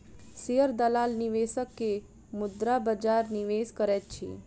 share दलाल निवेशक के मुद्रा बजार निवेश करैत अछि